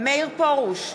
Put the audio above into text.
מאיר פרוש,